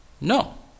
No